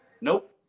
Nope